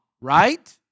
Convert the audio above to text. right